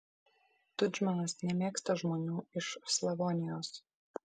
tudžmanas nemėgsta žmonių iš slavonijos